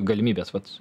galimybės vat